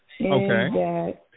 Okay